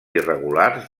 irregulars